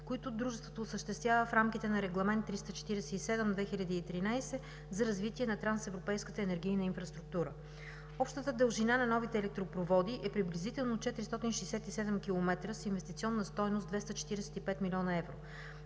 които дружеството осъществява в рамките на Регламент 347/2013 за развитие на трансевропейската енергийна инфраструктура. Общата дължина на новите електропроводи е приблизително 467 км с инвестиционна стойност 245 млн. евро.